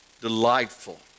delightful